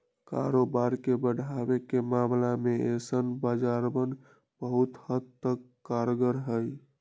कारोबार के बढ़ावे के मामले में ऐसन बाजारवन बहुत हद तक कारगर हई